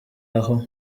aho